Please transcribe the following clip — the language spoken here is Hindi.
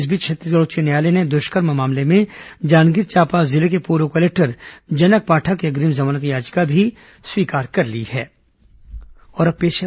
इस बीच छत्तीसगढ़ उच्च न्यायालय ने द्वष्कर्म मामले में जांजगीर चांपा जिले के पूर्व कलेक्टर जनक पाठक की अग्रिम जमानत याचिका भी स्वीकार कर ली है